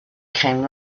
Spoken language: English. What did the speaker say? came